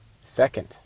Second